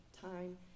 time